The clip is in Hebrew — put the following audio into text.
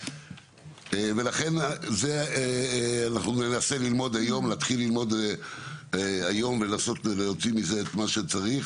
ולכן אנחנו ננסה להתחיל ללמוד היום ולהוציא מזה את מה שצריך.